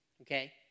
okay